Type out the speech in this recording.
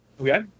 okay